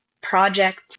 project